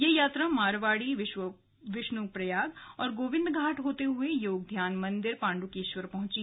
यह यात्रा मारवाड़ी विष्णुप्रयाग और गोविंदघाट होते हुए योगध्यान मंदिर पांडुकेश्वर पहुंची